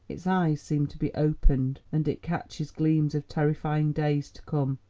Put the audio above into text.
its eyes seem to be opened, and it catches gleams of terrifying days to come,